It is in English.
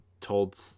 told